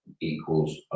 equals